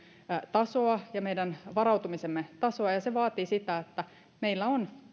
tasoa ja meidän varautumisemme tasoa ja se vaatii sitä että meillä on